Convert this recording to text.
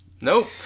Nope